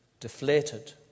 deflated